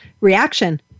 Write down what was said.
reaction